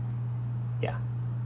ya